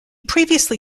previously